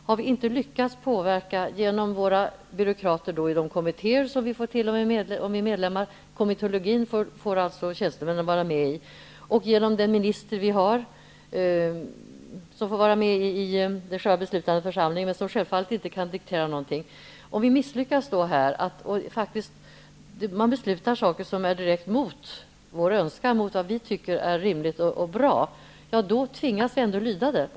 Har vi inte, genom våra byråkrater i de kommittéer som vi får tillhöra om vi är medlemmar -- kommittéologin får tjänstemännen vara med i -- och genom den minister vi har, som får vara med i själva den beslutande församlingen men som självfallet inte kan diktera någonting, lyckats påverka utan man beslutar saker som är direkt emot vår önskan, emot det som vi tycker är rimligt och bra, tvingas vi ändå lyda det.